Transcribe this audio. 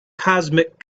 cosmic